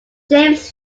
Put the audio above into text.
james